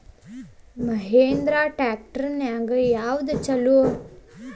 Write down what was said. Mahindra tractor ನ್ಯಾಗ ಯಾವ್ದ ಛಲೋ?